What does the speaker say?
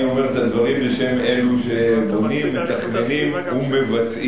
אני אומר את הדברים בשם אלו שבונים ומתכננים ומבצעים.